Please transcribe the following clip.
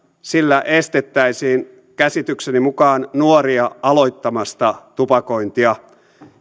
sillä estettäisiin käsitykseni mukaan nuoria aloittamasta tupakointia